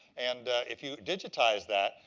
and if you digitize that,